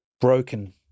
broken